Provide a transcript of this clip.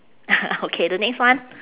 okay the next one